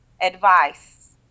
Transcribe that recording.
advice